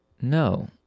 No